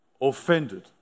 offended